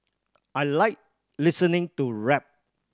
I like listening to rap